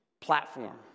platform